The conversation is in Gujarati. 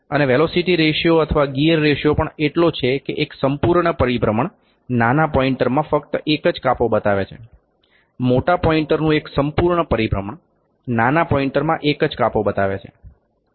અને વેલોસિટી રેશિયો અથવા ગિયર રેશિયો પણ એટલો છે કે એક સંપૂર્ણ પરિભ્રમણ નાના પોઇન્ટરમાં ફક્ત એક જ કાપો બતાવે છે મોટા પોઇન્ટરનું એક સંપૂર્ણ પરિભ્રમણ નાના પોઇન્ટરમાં એક જ કાપો બતાવે છે